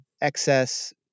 excess